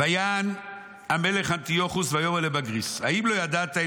"ויען המלך אנטיוכוס ויאמר לבגריס: האם לא ידעת,